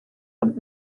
und